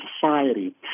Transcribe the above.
society